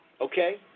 Okay